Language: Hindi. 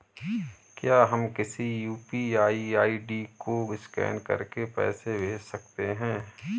क्या हम किसी यू.पी.आई आई.डी को स्कैन करके पैसे भेज सकते हैं?